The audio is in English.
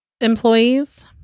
employees